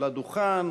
לדוכן